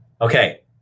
Okay